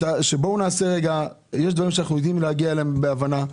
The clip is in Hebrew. יש דברים שאנחנו יודעים להגיע אליהם בהבנה.